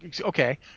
Okay